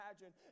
imagine